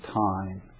time